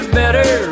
better